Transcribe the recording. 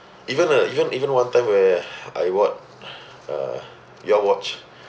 even ah even even one time where I what uh your watch